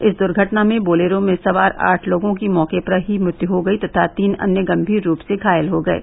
इस दुर्घटना में बोलेरो में सवार आठ लोगों की मौके पर ही मृत्यु हो गयी तथा तीन अन्य गम्भीर रूप से घायल हो गये